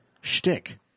shtick